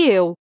eu